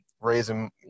raising